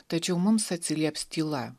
tačiau mums atsilieps tyla